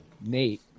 Nate